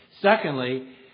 Secondly